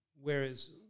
Whereas